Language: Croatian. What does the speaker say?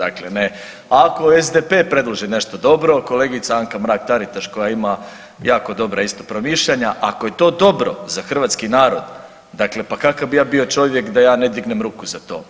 Ako SDP-e predloži nešto dobro, kolegica Anka Mrak Taritaš koja ima jako dobra isto promišljanja ako je to dobro za hrvatski narod dakle, pa kakav bi ja bio čovjek da ja ne dignem ruku za to?